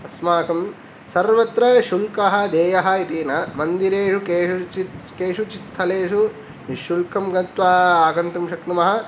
अस्माकं सर्वत्र शुल्कः देयः इति न मन्दिरेषु केषुचि केषुचित् स्थलेषु शुल्कं गत्वा आगन्तुं शक्नुमः